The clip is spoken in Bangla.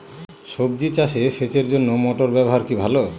সবজি চাষে সেচের জন্য মোটর ব্যবহার কি ভালো?